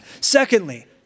Secondly